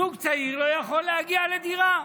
זוג צעיר לא יכול להגיע לדירה,